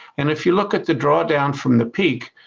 and, if you look at the drawdown from the peak,